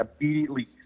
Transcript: immediately